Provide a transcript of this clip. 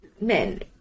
men